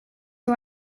who